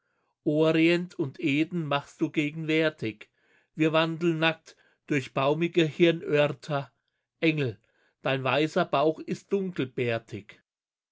orient und eden machst du gegenwärtig wir wandeln nackt durch baumige hirnörter engel dein weißer bauch ist dunkelbärtig